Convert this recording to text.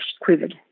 quivered